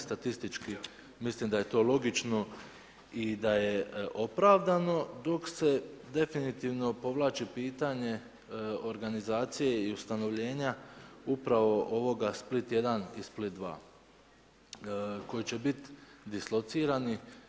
Statistički mislim da je to logično i da je opravdano, dok se definitivno povlači pitanje organizacije i ustanovljenja upravo ovoga Split 1 i Split 2 koji će biti dislocirani.